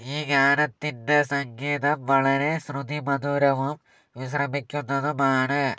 ഈ ഗാനത്തിൻ്റെ സംഗീതം വളരെ ശ്രുതിമധുരവും വിശ്രമിക്കുന്നതുമാണ്